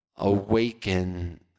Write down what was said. awaken